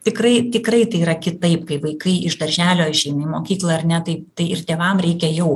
tikrai tikrai tai yra kitaip kai vaikai iš darželio išeina į mokyklą ar ne tai tai ir tėvam reikia jau